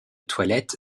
toilette